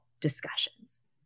discussions